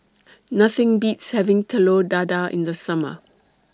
Nothing Beats having Telur Dadah in The Summer